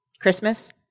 Christmas